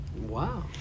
Wow